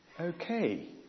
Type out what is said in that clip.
Okay